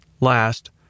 Last